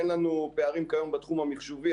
אין לנו פערים כיום בתחום המחשובי,